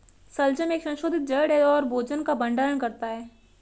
शलजम एक संशोधित जड़ है और भोजन का भंडारण करता है